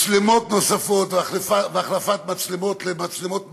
מצלמות נוספות והחלפת מצלמות למצלמות מקטע,